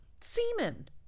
semen